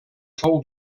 fou